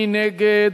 מי נגד?